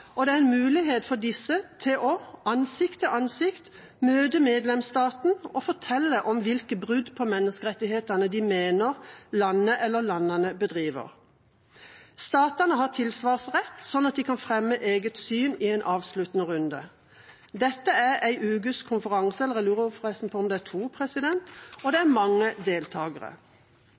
Europa, og er en mulighet for disse til å, ansikt til ansikt, møte medlemsstaten og fortelle om hvilke brudd på menneskerettighetene de mener landet eller landene bedriver. Statene har tilsvarsrett, slik at de kan fremme eget syn i en avsluttende runde. Dette er en ukes konferanse – jeg lurer forresten på om det er to – og det er mange